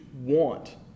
want